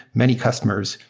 many customers,